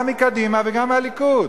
גם מקדימה וגם מהליכוד.